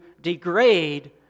degrade